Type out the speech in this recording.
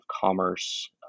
commerce